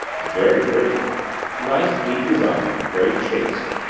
very pretty nice neat design very chaste!